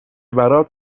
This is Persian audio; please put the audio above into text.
برات